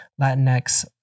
Latinx